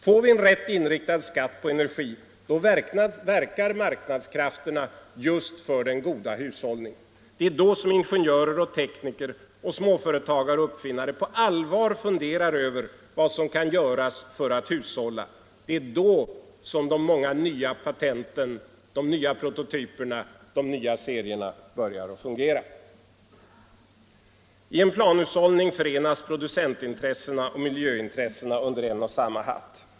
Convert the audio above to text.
Får vi en rätt inriktad skatt på energi, verkar marknadskrafterna för den goda hushållningen. Då börjar ingenjörer, tekniker, småföretagare och uppfinnare att på allvar fundera över vad som kan göras för att hushålla. Det är då som de många nya patenten, prototyperna och serierna börjar komma. I en planhushållning förenas producentintressena och miljöintressena under en och samma hatt.